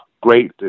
great